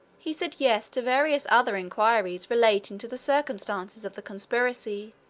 he said yes to various other inquiries relating to the circumstances of the conspiracy,